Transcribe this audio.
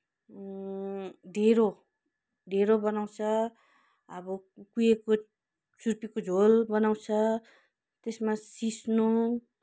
ढिँडो ढिँडो बनाउँछ अब कुहिएको छुर्पीको झोल बनाउँछ त्यसमा सिस्नो